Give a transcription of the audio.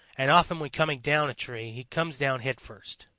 and often when coming down a tree he comes down headfirst.